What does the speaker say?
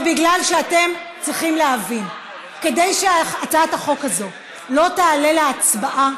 זה בגלל שאתם צריכים להבין: כדי שהצעת החוק הזאת לא תעלה להצבעה,